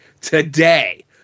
today